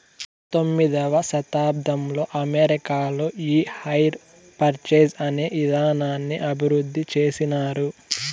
పంతొమ్మిదవ శతాబ్దంలో అమెరికాలో ఈ హైర్ పర్చేస్ అనే ఇదానాన్ని అభివృద్ధి చేసినారు